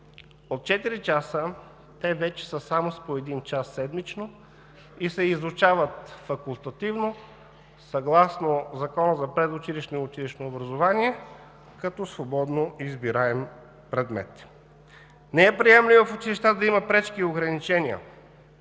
четири часа те вече са само с по един час седмично и се изучават факултативно, съгласно Закона за предучилищно и училищно образование като свободно избираем предмет. Не е приемливо в училищата да има пречки и ограничения,